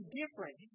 different